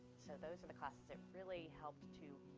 so those are the classes that really helped to